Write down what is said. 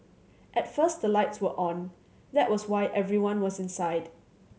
at first the lights were on that was why everyone was inside